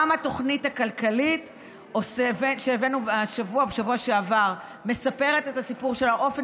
גם התוכנית הכלכלית שהבאנו בשבוע שעבר מספרת את הסיפור של האופן